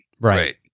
right